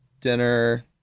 Dinner